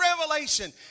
revelation